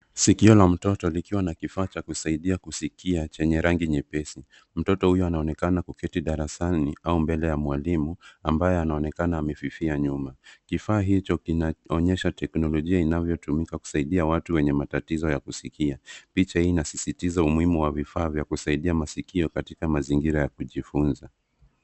Sikio la mtoto likiwa na kifaa cha kusaidia kusikia chenye rangi nyepesi. Mtoto huyo anaonekana kuketi darasani au mbele ya mwalimu ambaye anaonekana kufifia nyuma. Kifaa hicho kinaonyesha teknolojia inavyo tumika kusaidia watu wenye matatizo ya kusikia. Picha hii inasisitiza umuhimu wa vifaa vya kusaidia masikio katika mazingira ya kujifunza.